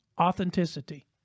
authenticity